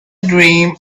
dream